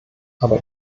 aber